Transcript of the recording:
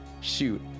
Shoot